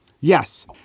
Yes